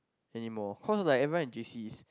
anymore cause like everyone in J_C is